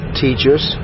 teachers